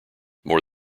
more